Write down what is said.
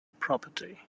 property